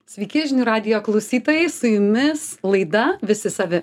sveiki žinių radijo klausytojai su jumis laida visi savi